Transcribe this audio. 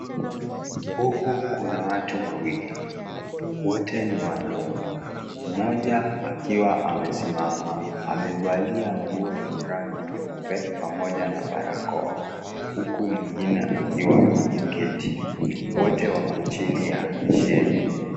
Huku kuna watu wawili, wote ni wanaume mmoja akiwa aesimama amevalia nguo yenye rangi nyeupe pamoja na barakoa, uku mwingine akiwa ameketi, wote wako chini ya (CS) shade(CS).